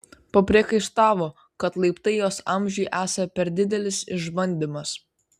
papriekaištavo kad laiptai jos amžiui esą per didelis išbandymas